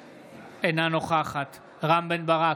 אינה נוכחת רם בן ברק,